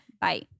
Bye